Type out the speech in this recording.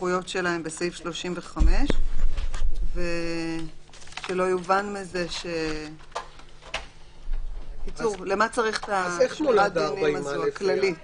הסמכויות שלהם בסעיף 35. למה צריך את שמירת הדינים הזאת הכללית